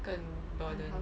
更 burden